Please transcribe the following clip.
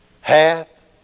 hath